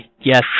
Yes